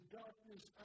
darkness